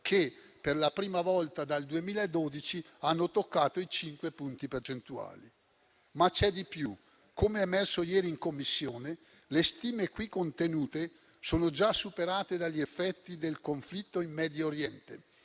che, per la prima volta dal 2012, hanno toccato i 5 punti percentuali. Ma c'è di più: come è emerso ieri in Commissione, le stime qui contenute sono già superate dagli effetti del conflitto in Medio Oriente,